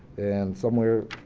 and somewhere,